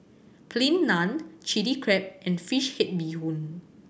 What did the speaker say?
Plain Naan Chilli Crab and fish head bee hoon